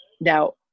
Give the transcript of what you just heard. Now